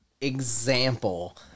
example